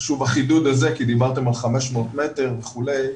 חשוב החידוד הזה, כי דיברתם על 500 מטר וכו'.